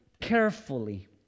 carefully